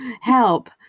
help